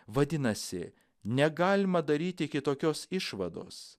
vadinasi negalima daryti kitokios išvados